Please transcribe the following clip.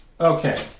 Okay